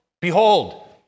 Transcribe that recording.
behold